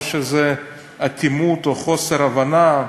או שזה אטימות או חוסר הבנה.